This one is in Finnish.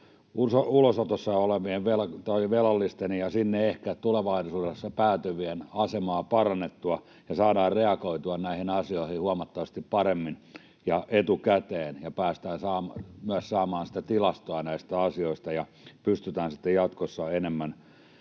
ulosotossa olevien tai velallisten ja sinne ehkä tulevaisuudessa päätyvien asemaa parannettua ja saadaan reagoitua näihin asioihin huomattavasti paremmin ja etukäteen. Päästään myös saamaan tilastoa näistä asioista ja pystytään sitten jatkossa enemmän